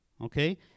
Okay